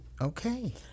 Okay